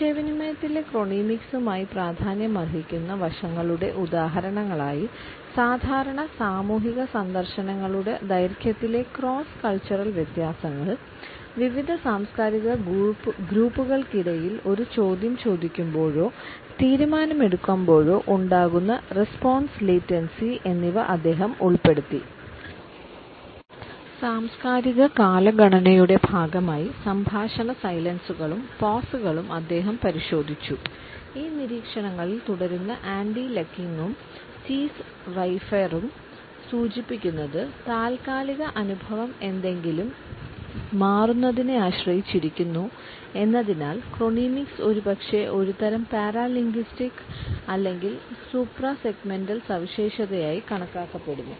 ആശയവിനിമയത്തിലെ ക്രോണിമിക്സുമായി പ്രാധാന്യമർഹിക്കുന്ന വശങ്ങളുടെ ഉദാഹരണങ്ങളായി സാധാരണ സാമൂഹിക സന്ദർശനങ്ങളുടെ ദൈർഘ്യത്തിലെ ക്രോസ് കൾച്ചറൽ സവിശേഷതയായി കണക്കാക്കപ്പെടുന്നു